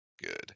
Good